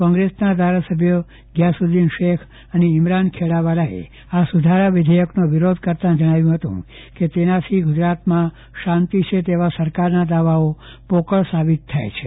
કોંગ્રેસના ધારાસભ્યો ગ્યાસુદ્દીન શેખ અને ઇમરાન ખેડાવાલાએ આ સુધારા વિધેયકનો વિરોધ કરતાં જજ્ઞાવ્યું કે તેનાથી ગુજરાતમાં શાંતિ છે તેવા સરકારના દાવાઓ પોકળ સાબિત થાય છે